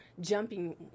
jumping